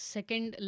Second